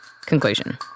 Conclusion